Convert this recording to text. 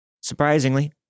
Surprisingly